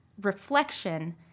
reflection